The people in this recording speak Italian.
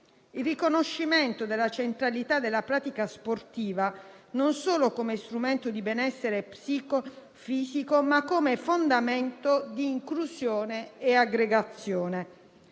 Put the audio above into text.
il riconoscimento della centralità della pratica sportiva non solo come strumento di benessere psicofisico, ma come fondamento di inclusione e aggregazione.